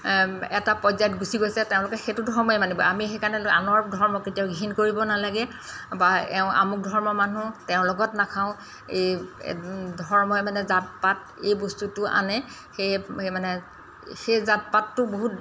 এটা পৰ্যায়ত গুচি গৈছে তেওঁলোকে সেইটো ধৰ্মই মানিব আমি সেইকাৰণে আনৰ ধৰ্ম কেতিয়াও ঘিণ কৰিব নালাগে বা এওঁ আমুক ধৰ্মৰ মানুহ তেওঁ লগত নাখাওঁ এই ধৰ্মই মানে জাত পাত এই বস্তুটো আনে সেই সেই মানে সেই জাত পাতটো বহুত